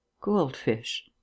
goldfish